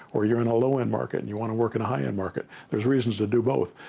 or you're in a low end market and you want to work in a high end market. there's reasons to do both.